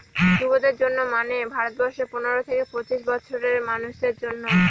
যুবদের জন্য মানে ভারত বর্ষে পনেরো থেকে পঁচিশ বছরের মানুষদের জন্য